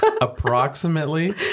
Approximately